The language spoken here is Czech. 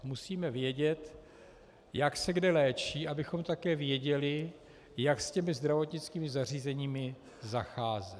Musíme vědět, jak se kde léčí, abychom také věděli, jak s těmi zdravotnickými zařízeními zacházet.